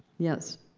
yes?